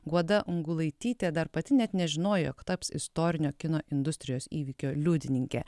guoda ungulaitytė dar pati net nežinojo jog taps istorinio kino industrijos įvykio liudininke